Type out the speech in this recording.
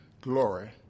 glory